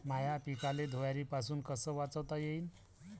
माह्या पिकाले धुयारीपासुन कस वाचवता येईन?